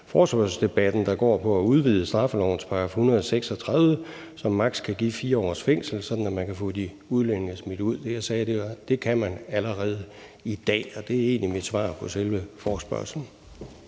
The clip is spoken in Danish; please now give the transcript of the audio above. forespørgselsdebatten, der går på at udvide straffelovens § 136, som maks. kan give 4 års fængsel, sådan at man kan få de udlændinge smidt ud. Det, jeg sagde, var, at det kan man allerede i dag, og det er egentlig mit svar på selve forespørgslen.